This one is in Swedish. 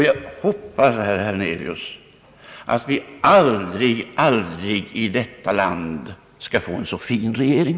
Jag hoppas, herr Hernelius, att vi aldrig, aldrig i detta land skall få en så fin regering!